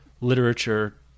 literature